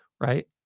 right